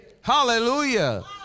Hallelujah